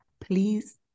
please